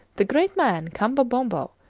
the great man, kamba bombo,